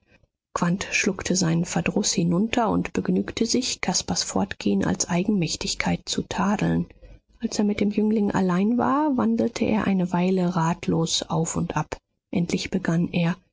schluckte seinen verdruß hinunter und begnügte sich caspars fortgehen als eigenmächtigkeit zu tadeln als er mit dem jüngling allein war wandelte er eine weile ratlos auf und ab endlich begann er